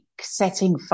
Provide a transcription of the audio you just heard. setting